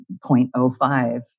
0.05